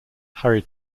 harry